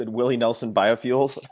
and willie nelson biofuels.